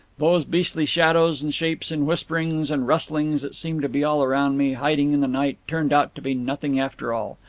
those beastly shadows and shapes and whisperings and rustlings that seemed to be all round me, hiding in the night, turned out to be nothing after all.